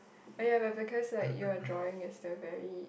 !aiya! but because like your drawing is the very